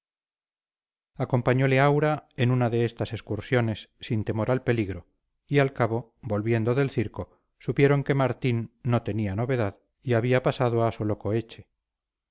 acompañole aura en una de estas excursiones sin temor al peligro y al cabo volviendo del circo supieron que martín no tenía novedad y había pasado a